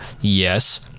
Yes